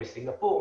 סינגפור,